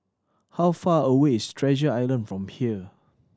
how far away is Treasure Island from here